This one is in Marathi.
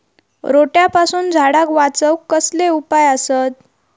रोट्यापासून झाडाक वाचौक कसले उपाय आसत?